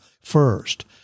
First